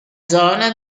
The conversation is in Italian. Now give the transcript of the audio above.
zona